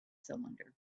cylinder